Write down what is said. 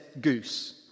goose